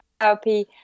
therapy